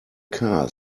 car